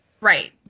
Right